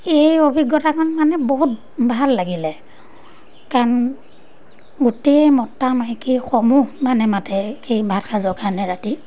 এই অভিজ্ঞতাকণ মানে বহুত ভাল লাগিলে কাৰণ গোটেই মতা মাইকী সমূহ মানে মাতে সেই ভাতসাজৰ কাৰণে ৰাতি